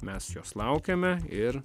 mes jos laukiame ir